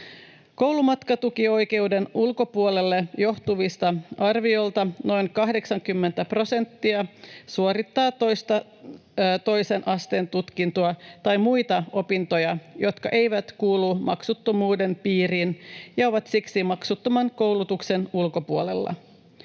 Koulumatkatukioikeuden ulkopuolelle joutuvista arviolta noin 80 prosenttia suorittaa toista toisen asteen tutkintoa tai muita opintoja, jotka eivät kuulu maksuttomuuden piiriin ja ovat siksi maksuttoman koulutuksen ulkopuolella.